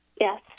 Yes